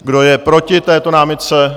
Kdo je proti této námitce?